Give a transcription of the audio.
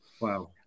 Wow